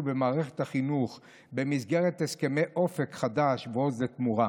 במערכת החינוך במסגרת הסכמי אופק חדש ועוז לתמורה.